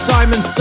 Simon